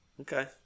Okay